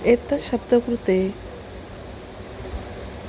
एतद् शब्दकृते